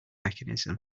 mechanism